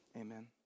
amen